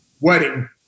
wedding